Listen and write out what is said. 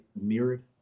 mirrored